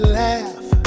laugh